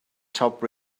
top